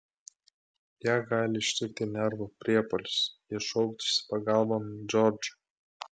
ją gali ištikti nervų priepuolis ji šauktųsi pagalbon džordžą